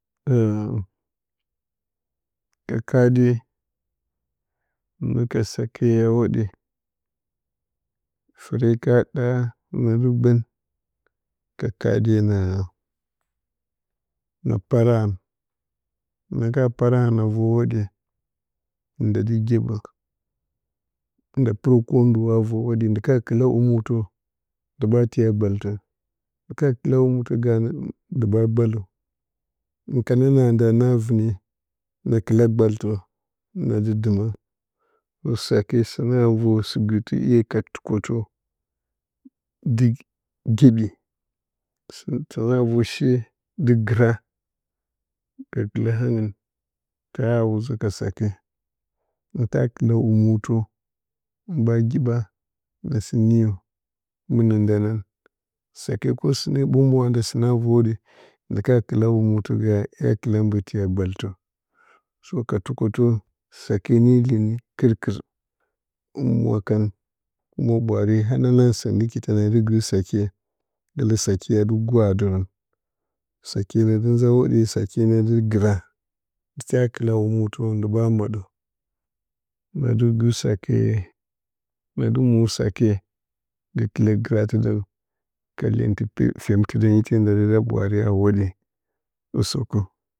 ka kade hiplusnə ka sake ke a hwaɗa fəre ka ɗa na diplus gbə ka kadye na para ran na ka pararən a vər hunde nda diplus gyeɓə nda piplusrə ndalaaa vər hwoɗge ndiplus ka kiplusla wumətə ndiplus ɓa tiya gbaltə ndiplus ka kiplusla wumutə ganə ndiplus ɓa gbalaturun hiplusn ka nəna an nda hiplusn vəne na kiplusla gɓaltə na in diplus diplusma saka siplus na vər siplus giplusatə nye ka twukolə diplus giɓi taturunna vər she diplus gəra gəkələ angiplusn ta wuzə ka sake hiplusn ka kiplusla wumutə hiplusn ɓa gyɓa na siplus niyə miplusnə nda nam sake siplus na siplus na vər hwoɗye ndiplus ka kiplusla wumutə ya kipluslan ɓə tiya gbaltə ka tukotə sake ne iyeni kiplusr-kiplusr hiplusn mwa kan ɓwaare hananang siplusngiplusn ɗiki təna diplus giplusr sake gəkələ sake a diplus gwadərən sake nə diplus nza howɗe sake nə diplus giplus ra ndiplus ta kiplusla wumutə ndiplus ɓa maɗə na diplus giplusr sake na diplus mo sake gəkələ giplusratiplus dan ka iyentiplus fyemtiplusdan ite nda diplus ɗa ɓwaare a hwoɗe usəkə.